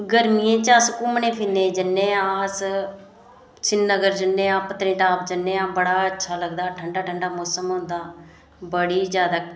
गरमियें च अस घुम्मने फिरने गी जन्ने आं अस सिरीनगर जन्ने आं पत्तनीटाप जन्ने आं बड़ा अच्छा लगदा ठंडा ठंडा मौसम होंदा बड़ी जादै